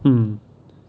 mm